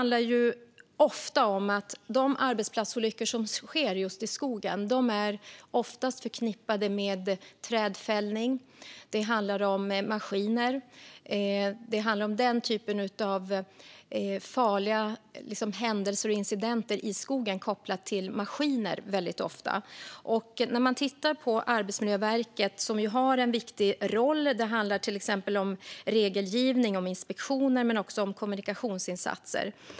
De arbetsplatsolyckor som sker just i skogen är oftast förknippade med trädfällning, och den typen av farliga händelser och incidenter i skogen är väldigt ofta kopplade till maskiner. Arbetsmiljöverket har en viktig roll där. Det handlar till exempel om regelgivning och om inspektioner men också om kommunikationsinsatser.